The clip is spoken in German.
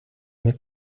mit